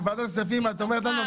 בוועדת הכספים את אומרת לנו,